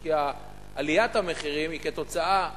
כי עליית המחירים היא תוצאה,